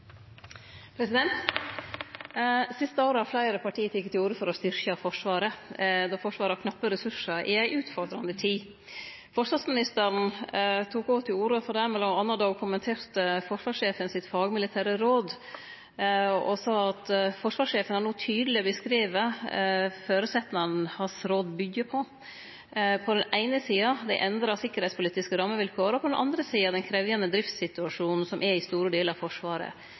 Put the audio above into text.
siste året har fleire parti teke til orde for å styrkje Forsvaret, då Forsvaret har knappe ressursar i ei utfordrande tid. Forsvarsministeren tok òg til orde for det mellom anna då ho kommenterte forsvarssjefen sitt fagmilitære råd og sa at forsvarssjefen no tydeleg har beskrive føresetnadene rådet hans byggjer på: på den eine sida dei endra tryggingspolitiske rammevilkåra og på den andre sida den krevjande driftssituasjonen som er i store delar av Forsvaret.